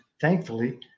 thankfully